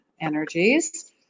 energies